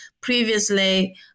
Previously